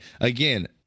again